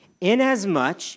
inasmuch